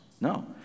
No